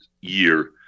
year